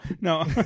No